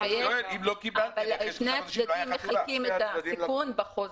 שני הצדדים מחלקים את הסיכון בחוזה.